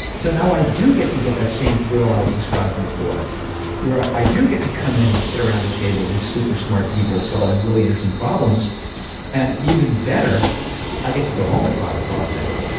so now i do get to get that same thrill i was describing before where i i do get to come in and sit around a table was super smart people solving really interesting problems and even better i get to go home at five o'clock now.